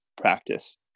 practice